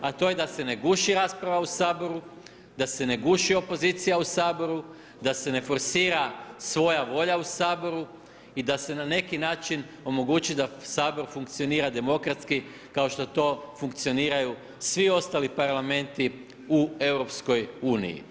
A to je da se ne guši rasprava u Saboru, da se ne guši opozicija u Saboru, da se ne forsira svoja volja u Saboru i da se na neki način omogući da Sabor funkcionira demokratski, kao što funkcioniraju svi ostali parlamenti u EU.